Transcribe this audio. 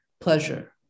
pleasure